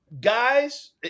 guys